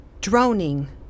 Droning